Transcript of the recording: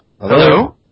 Hello